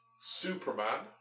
Superman